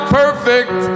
perfect